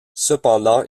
cependant